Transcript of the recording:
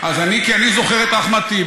כשקבעתי את הדבר הזה,